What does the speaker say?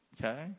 Okay